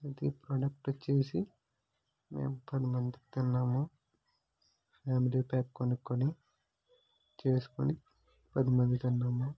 ఇది ఈ ప్రోడక్ట్ వచ్చేసి మేము పది మంది తిన్నాము ఫ్యామిలీ ప్యాక్ కొనుక్కొని చేసుకొని పది మంది తిన్నాము